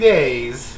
Days